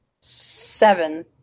Seven